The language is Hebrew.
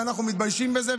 ואנחנו מתביישים בזה.